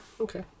okay